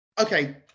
okay